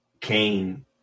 Cain